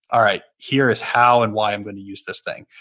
all right, here is how and why i'm going to use this thing.